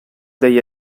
degli